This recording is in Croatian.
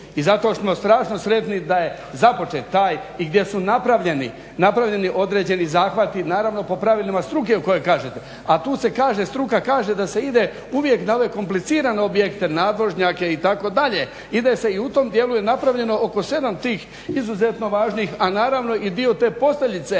i zato smo strašno sretni da je započet taj i gdje su napravljeni određeni zahvati naravno po pravilima struke u kojoj kažete. A tu se kaže, struka kaže da se ide uvijek na ove komplicirane objekte nadvožnjake itd., ide se i u tom dijelu je napravljeno oko 7 tih izuzetno važnih, a naravno i dio te posteljice